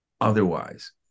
otherwise